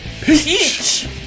Peach